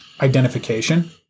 identification